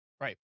Right